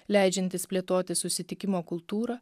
leidžiantys plėtoti susitikimo kultūrą